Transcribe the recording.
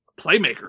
Playmaker